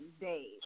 days